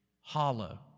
hollow